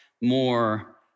more